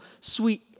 sweet